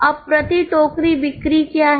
अब प्रति टोकरी बिक्री क्या है